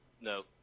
No